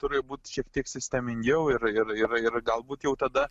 turi būti šiek tiek sistemingiau ir ir ir galbūt jau tada